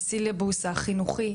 בסילבוס החינוכי,